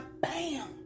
Bam